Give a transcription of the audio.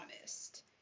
honest